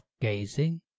gazing